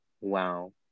Wow